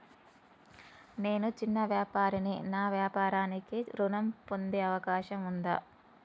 నేను చిన్న వ్యాపారిని నా వ్యాపారానికి ఋణం పొందే అవకాశం ఉందా?